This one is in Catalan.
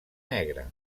negre